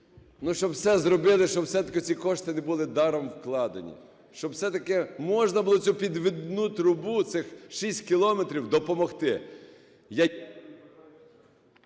щоб все зробили, щоб все-таки ці кошти не були даром вкладені, щоб все-таки можна було цю підвідну трубу цих 6 кілометрів допомогти.